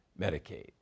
Medicaid